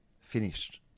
Finished